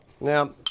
Now